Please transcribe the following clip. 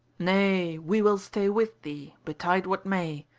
nay, we will stay with thee, betide what may,